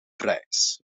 prijs